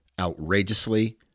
outrageously